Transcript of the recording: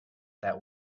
that